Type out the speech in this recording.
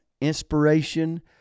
inspiration